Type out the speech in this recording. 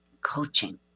Coaching